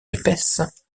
épaisse